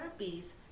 therapies